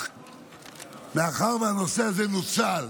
מאחר שהנושא הזה נוצל